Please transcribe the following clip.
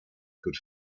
could